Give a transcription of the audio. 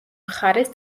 მხარეს